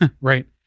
right